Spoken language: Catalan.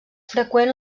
freqüent